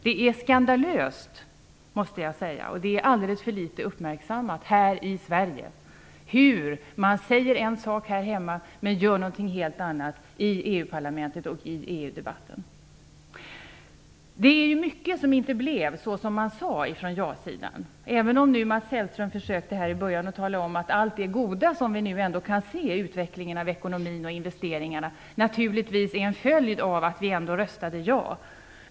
Det är skandalöst, måste jag säga, och det är alldeles för litet uppmärksammat i Sverige att man säger en sak här hemma medan man gör och säger någonting helt annat i EU-parlamentet och i EU-debatten. Det är mycket som inte blev så som man från jasidan sade, även om Mats Hellström i inledningen försökte att tala om att allt det goda som vi nu ändå kan se - utvecklingen av ekonomin och investeringarna - naturligtvis är en följd av att vi röstade ja.